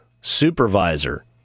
Supervisor